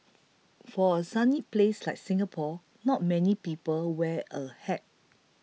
for a sunny place like Singapore not many people wear a hat